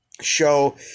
show